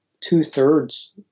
two-thirds